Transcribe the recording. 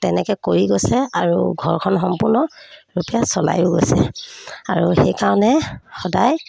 তেনেকৈ কৰি গৈছে আৰু ঘৰখন সম্পূৰ্ণৰূপে চলায়ো গৈছে আৰু সেইকাৰণে সদায়